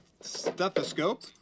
stethoscope